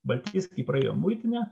baltijske praėjom muitinę